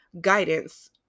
guidance